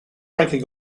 ranking